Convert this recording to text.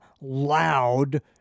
loud